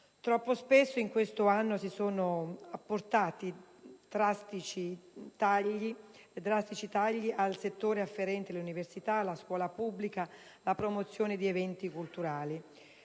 Troppo spesso, in questo anno si sono apportati drastici tagli al settore afferente l'università, la scuola pubblica e la promozione di eventi culturali.